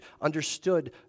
understood